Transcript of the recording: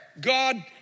God